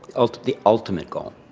the ultimate goal.